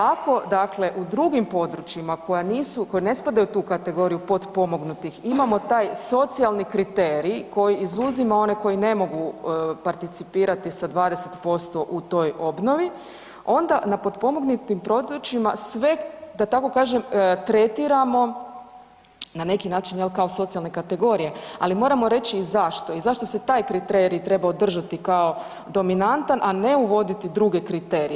Ako dakle drugim područjima koja ne spadaju u tu kategoriju potpomognutih, imamo taj socijalni kriterij koji izuzima one koji ne mogu participirati sa 20% u toj obnovi, onda na potpomognutim područjima sve da tako kažem, tretiramo na neki način jel, kao socijalne kategorije ali moramo reći i zašto i zašto se taj kriterij treba održati kao dominantan a ne uvoditi kriterije.